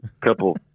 couple